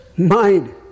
Mind